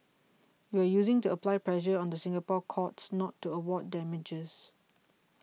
you are using to apply pressure on the Singapore courts not to award damages